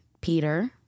Peter